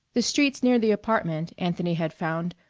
the streets near the apartment, anthony had found,